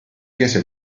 chiesa